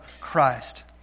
Christ